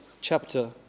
chapter